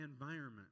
environment